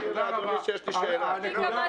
אני מזכיר שביקשתי לשאול שאלה.